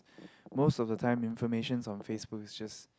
most of the time informations on Facebook is just